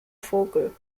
vogel